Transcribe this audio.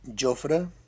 Joffre